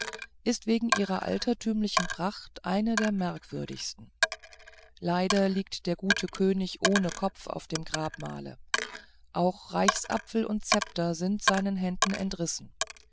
ist wegen ihrer altertümlichen pracht eine der merkwürdigsten leider liegt der gute könig ohne kopf auf seinem grabmale auch reichsapfel und zepter sind seinen händen entrissen